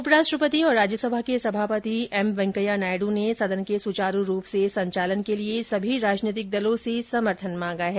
उपराष्ट्रपति और राज्यसभा के सभापति एम वेंकैया नायड़ ने सदन के सुचारू रूप से संचालन के लिए सभी राजनीतिक दलों से समर्थन मांगा है